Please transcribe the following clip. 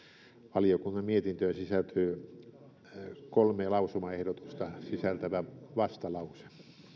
valiokunnan mietintöön sisältyy kolme lausumaehdotusta sisältävä vastalause